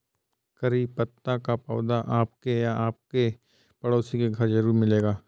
करी पत्ता का पौधा आपके या आपके पड़ोसी के घर ज़रूर मिलेगा